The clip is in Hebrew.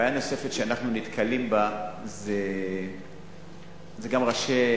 בעיה נוספת שאנחנו נתקלים בה היא של ראשי